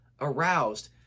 aroused